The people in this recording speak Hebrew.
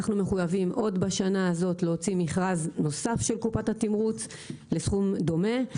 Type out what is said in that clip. אנחנו מחויבים עוד השנה להוציא מכרז נוסף של קופת התמרוץ בסכום דומה.